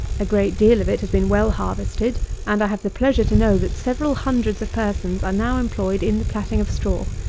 a great deal of it has been well harvested and i have the pleasure to know that several hundreds of persons are now employed in the platting of straw.